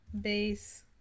base